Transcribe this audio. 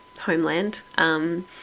homeland